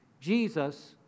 Jesus